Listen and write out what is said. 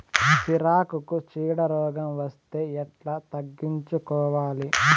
సిరాకుకు చీడ రోగం వస్తే ఎట్లా తగ్గించుకోవాలి?